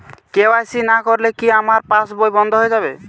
KYC না করলে কি আমার পাশ বই বন্ধ হয়ে যাবে?